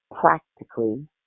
practically